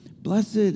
blessed